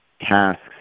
tasks